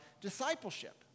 discipleship